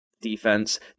defense